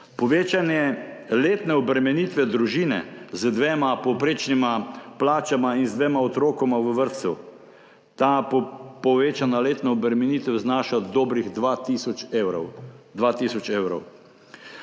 Povečanje letne obremenitve družine z dvema povprečnima plačama in z dvema otrokoma v vrtcu, ta povečana letna obremenitev znaša dobrih dva tisoč